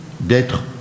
d'être «